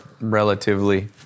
relatively